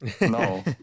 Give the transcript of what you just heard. No